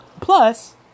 Plus